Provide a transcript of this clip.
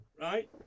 Right